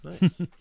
Nice